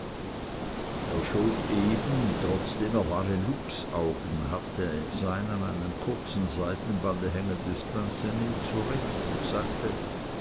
er schob eben trotzdem er wahre luchsaugen hatte sein an einem kurzen seidenbande hängendes pincenez zurecht und sagte